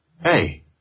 Hey